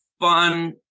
fun